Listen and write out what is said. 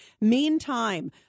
Meantime